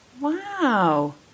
wow